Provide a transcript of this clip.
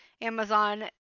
Amazon